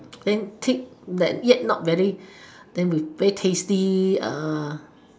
then pick that yet not very then very tasty uh